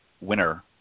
winner